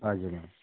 हजुर